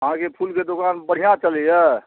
अहाँके फूलके दोकान बढ़िआँ चलैया